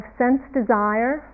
sense-desire